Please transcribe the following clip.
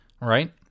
right